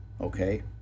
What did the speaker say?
okay